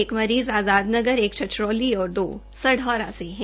एक मरीज़ आज़ाद नगर एक छछरौली और दो सढौरा से है